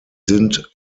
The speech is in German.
sind